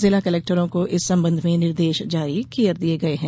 जिला कलेक्टरों को इस संबंध में निर्देष जारी कर दिये गये हैं